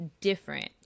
different